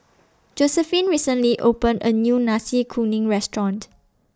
Josephine recently opened A New Nasi Kuning Restaurant